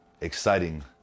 exciting